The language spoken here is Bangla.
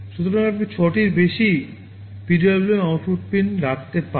সুতরাং আপনি 6 টিরও বেশি PWM আউটপুট পিন রাখতে পারেন